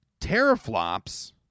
teraflops